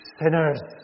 sinners